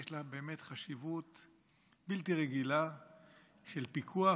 יש לה באמת חשיבות בלתי רגילה של פיקוח